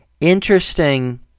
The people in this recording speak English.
interesting